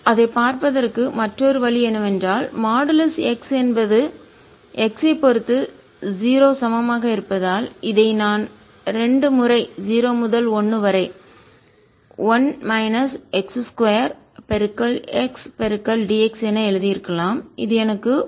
அதைப் பார்ப்பதற்கு மற்றொரு வழி என்னவென்றால்மாடுலஸ் x என்பது x பொறுத்து 0 சமமாக இருப்பதால் இதை நான் 2 முறை 0 முதல் 1வரை 1 கழித்தல் x 2 x d x என எழுதி இருக்கலாம் இது எனக்கு 1 பாதியைக் கொடுக்கும்